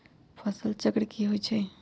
फसल चक्र की होइ छई?